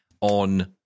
on